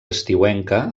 estiuenca